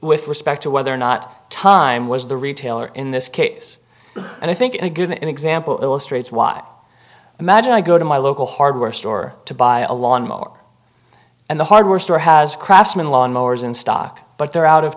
with respect to whether or not time was the retailer in this case and i think a good example illustrates why imagine i go to my local hardware store to buy a lawnmower and the hardware store has craftsman lawn mowers in stock but they're out of